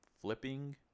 flipping